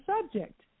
subject